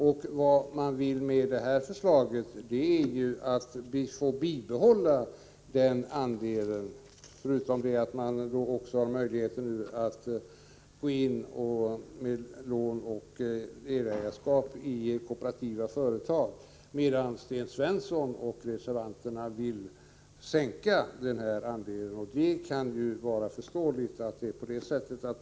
Med detta förslag vill man ha möjlighet att bibehålla den andelen, förutom att man nu också skall ha möjlighet att gå in med lån och delägarskap i kooperativa företag. Sten Svensson och reservanterna vill sänka andelen. Det kan vara förståeligt att det är på det sättet.